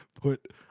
put